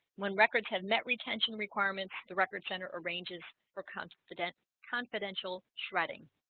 when records have met retention requirements the record center arranges for confident confidential shredding